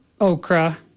okra